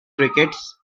crickets